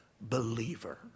Believer